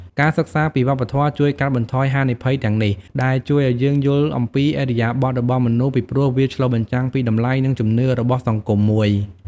ការសិក្សាពីវប្បធម៌ជួយកាត់បន្ថយហានិភ័យទាំងនេះ ដែលជួយឲ្យយើងយល់អំពីឥរិយាបទរបស់មនុស្ស ពីព្រោះវាឆ្លុះបញ្ចាំងពីតម្លៃ និងជំនឿរបស់សង្គមមួយ។